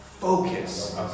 focus